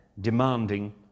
demanding